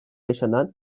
yaşanan